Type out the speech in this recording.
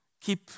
Keep